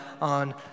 on